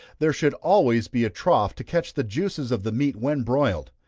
there should always be a trough to catch the juices of the meat when broiled.